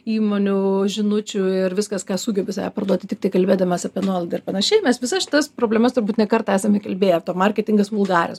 įmonių žinučių ir viskas ką sugebi save parduoti tiktai kalbėdamas apie nuolaidą ir panašiai mes visas šitas problemas turbūt ne kartą esame kalbėję marketingas vaulgaris